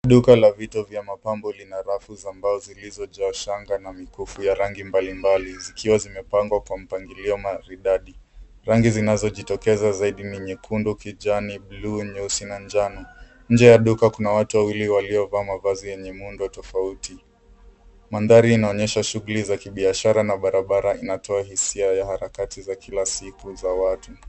Duka la vitu vya mapambo lina rafu za mbao zilizojaa shanga na mikufu ya rangi mbalimbali zikiwa zimepangwa kwa mpangilio maridadi. Rangi zinazojitokeza zaidi ni nyekundu, kijani, buluu, nyeusi na njano. Nje ya duka kuna watu wawili waliovaa mavazi yenye muundo tofauti. Mandhari inaonyesha shughuli za kibiashara na barabara inatoa hisia ya harakati za kila siku za watu.